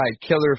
Killer